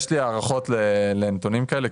יש לי הערכות לנתונים כאלה.